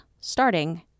starting